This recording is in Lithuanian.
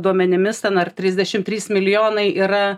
duomenimis ten ar trisdešim trys milijonai yra